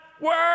work